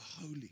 holy